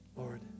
Lord